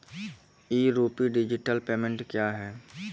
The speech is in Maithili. ई रूपी डिजिटल पेमेंट क्या हैं?